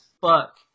fuck